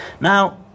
Now